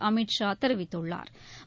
அமித்ஷா தெரிவித்துள்ளாா்